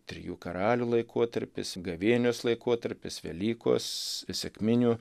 trijų karalių laikotarpis gavėnios laikotarpis velykos sekminių